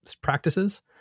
practices